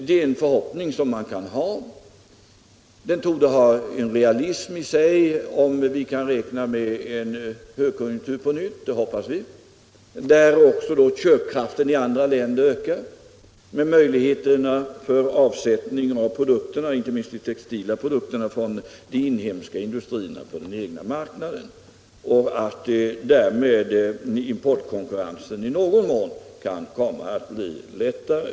Det är en förhoppning som man kan hysa. Den torde vara realistisk, om vi kan räkna med en högkonjunktur på nytt — och det hoppas vi — där köpkraften i andra länder ökar med möjligheter till avsättning av inte minst de textila produkterna från de inhemska industrierna på den egna marknaden. Därmed kan importkonkurrensen i någon mån komma att bli lättare.